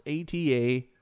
ATA